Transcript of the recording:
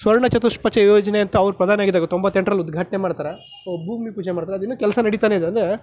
ಸ್ವರ್ಣ ಚತುಶ್ಪಥ ಯೋಜನೆ ಅಂತ ಅವರು ಪ್ರಧಾನಿ ಆಗಿದ್ದಾಗ ತೊಂಬತ್ತೆಂಟರಲ್ಲಿ ಉದ್ಘಾಟನೆ ಮಾಡ್ತಾರೆ ಭೂಮಿ ಪೂಜೆ ಮಾಡ್ತಾರೆ ಅದು ಇನ್ನು ಕೆಲಸ ನಡೀತಾನೆ ಇದೆ ಅಂದರೆ